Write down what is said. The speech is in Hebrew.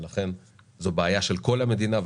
ולכן זו בעיה של כל המדינה,